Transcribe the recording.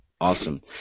Awesome